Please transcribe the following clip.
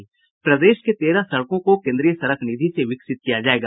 प्रदेश के तेरह सड़कों को केन्द्रीय सड़क निधि से विकसित किया जायेगा